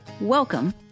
Welcome